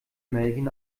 melvin